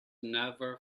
never